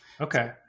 Okay